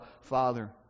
Father